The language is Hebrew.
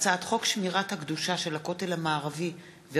התשע"ז 2016,